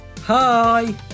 Hi